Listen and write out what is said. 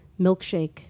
milkshake